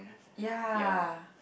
ya